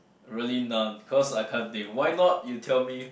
really none cause I can't think why not you tell me